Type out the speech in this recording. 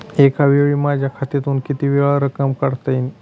एकावेळी माझ्या खात्यातून कितीवेळा रक्कम काढता येईल?